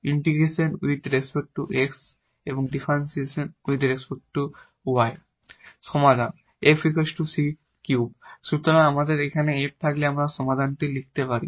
integration wrt x differentiation wrt y সমাধান F c3 সুতরাং একবার আমাদের f থাকলে আমরা সমাধানটি লিখতে পারি